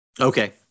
Okay